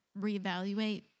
reevaluate